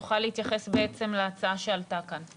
שתוכל להתייחס להצעה שעלתה כאן.